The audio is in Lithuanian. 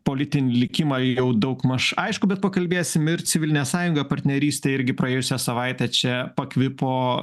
politinį likimą jau daugmaž aišku bet pakalbėsim ir civilinė sąjunga partnerystė irgi praėjusią savaitę čia pakvipo